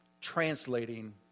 translating